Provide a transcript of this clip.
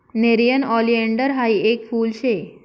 nerium oleander हायी येक फुल शे